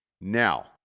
Now